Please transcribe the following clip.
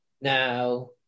Now